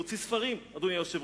הוא הוציא ספרים, אדוני היושב-ראש,